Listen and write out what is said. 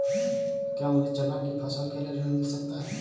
क्या मुझे चना की फसल के लिए ऋण मिल सकता है?